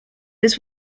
this